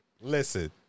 Listen